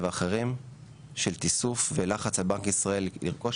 ואחרים של תיסוף ולחץ על בנק ישראל לרכוש